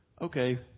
okay